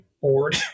bored